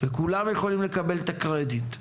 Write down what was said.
וכולם יכולים לקבל את הקרדיט.